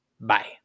Bye